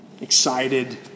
excited